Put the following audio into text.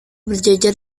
berjejer